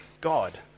God